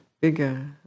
bigger